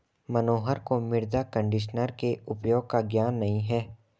मनोहर को मृदा कंडीशनर के उपयोग का ज्ञान नहीं है